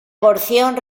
porción